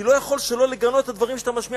"אני לא יכול שלא לגנות את הדברים שאתה משמיע